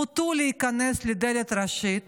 פותו להיכנס בדלת הראשית